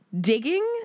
digging